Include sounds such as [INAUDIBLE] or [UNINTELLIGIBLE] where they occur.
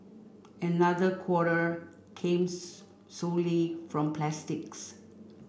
another quarter came [UNINTELLIGIBLE] solely from plastics